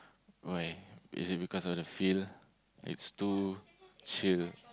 why is it because of the feel it's too chill